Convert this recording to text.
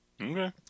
Okay